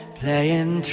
playing